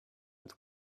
with